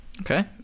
Okay